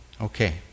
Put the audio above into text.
Okay